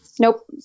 nope